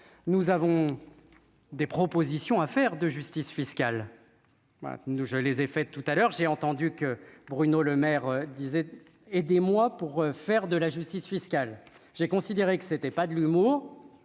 nous avons des propositions à faire, de justice fiscale, nous, je les ai fait tout à l'heure, j'ai entendu que Bruno Lemaire disait et des mois pour faire de la justice fiscale, j'ai considéré que c'était pas de l'humour